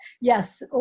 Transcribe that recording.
Yes